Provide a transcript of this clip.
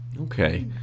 Okay